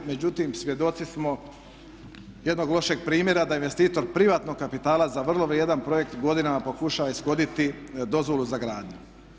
Međutim, svjedoci smo jednog lošeg primjera da investitor privatnog kapitala za vrlo vrijedan projekt godinama pokušava ishoditi dozvolu za gradnju.